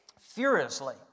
furiously